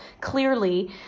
clearly